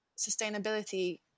sustainability